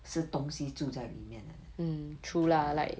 是东西住在里面 leh ah 你没有用 some more like is like all the other facilities you never use